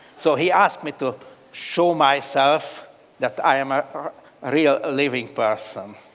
so, he asked me to show myself that i'm a real living person.